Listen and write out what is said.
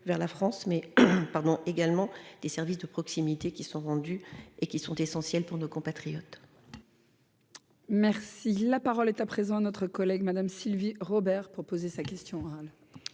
vers la France mais pardon également des services de proximité qui sont vendus et qui sont essentiels pour nos compatriotes. Merci, la parole est à présent notre collègue Madame Sylvie Robert proposé sa question.